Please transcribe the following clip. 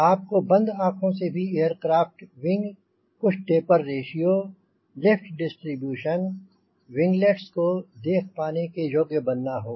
आपको बंद आंँखों से भी एयरक्राफ्ट विंग कुछ taper ratio lift distribution winglets को देख पाने के योग्य बनना होगा